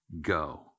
go